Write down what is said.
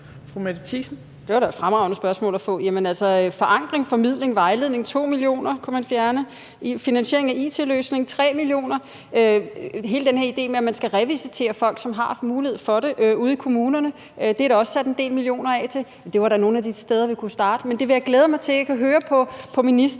få. Hvad angår forankring, formidling og vejledning, kunne man fjerne 2 mio. kr., og i forhold til en finansiering af en it-løsning er det 3 mio. kr., og hele den her idé med, at man skal revisitere folk, som har haft mulighed for det ude i kommunerne, er der også sat en del millioner af til. Det var da nogle af de steder, vi kunne starte. Men det vil jeg glæde mig til, og jeg kan høre på ministeren,